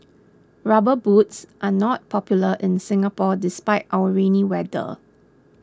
rubber boots are not popular in Singapore despite our rainy weather